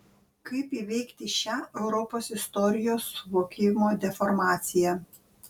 kaip įveikti šią europos istorijos suvokimo deformaciją